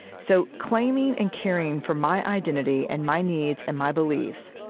so claiming and caring for my identity and my needs and my beliefs,